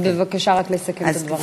אז בבקשה, רק לסכם את הדברים.